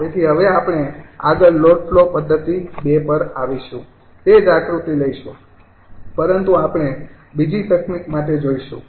તેથી હવે આપણે આગળ લોડ ફ્લો પદ્ધતિ ૨ પર આવીશું તે જ આકૃતિ લઈશું પરંતુ આપણે બીજી તકનીક માટે જોઈશું